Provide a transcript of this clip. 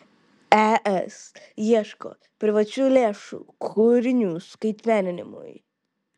es ieško privačių lėšų kūrinių skaitmeninimui